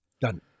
Done